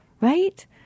Right